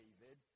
David